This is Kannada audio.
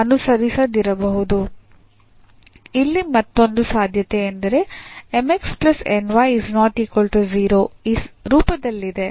ಇಲ್ಲಿ ಮತ್ತೊಂದು ಸಾಧ್ಯತೆಯೆಂದರೆ ಈ ರೂಪದಲ್ಲಿದೆ